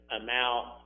amount